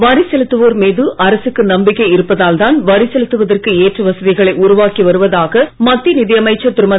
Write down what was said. வரி செலுத்துவோர் மீது அரசுக்கு நம்பிக்கை இருப்பதால் தான் வரி செலுத்துவதற்கு ஏற்ற வசதிகளை உருவாக்கி வருவதாக மத்திய நிதி அமைச்சர் திருமதி